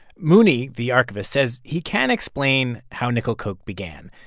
mooney, the archivist, says he can explain how nickel coke began.